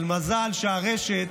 מזל שהרשת